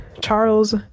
charles